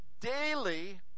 Daily